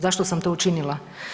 Zašto sam to učinila?